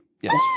Yes